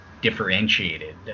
differentiated